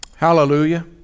Hallelujah